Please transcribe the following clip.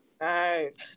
Nice